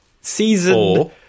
season